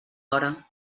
hora